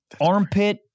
armpit